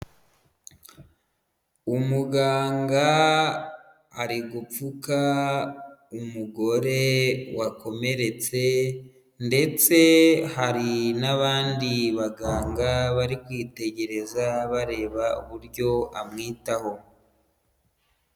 Umuganga ari gupfuka umugore wakomeretse ndetse hari n'abandi baganga bari kwitegereza bareba uburyo amwitaho.